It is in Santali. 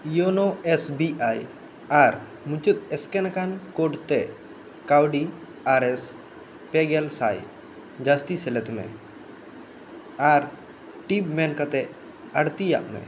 ᱤᱭᱳᱱᱳ ᱮᱥ ᱵᱤ ᱟᱭ ᱟᱨ ᱢᱩᱪᱟᱹᱫ ᱥᱠᱮᱱ ᱟᱠᱟᱱ ᱠᱳᱰ ᱛᱮ ᱠᱟᱹᱣᱰᱤ ᱟᱨᱮᱥ ᱯᱮ ᱜᱮᱞ ᱥᱟᱭ ᱡᱟᱹᱥᱛᱤ ᱥᱮᱞᱮᱫ ᱢᱮ ᱟᱨ ᱴᱤᱯ ᱢᱮᱱ ᱠᱟᱛᱮ ᱟᱹᱲᱛᱤᱭᱟᱜ ᱢᱮ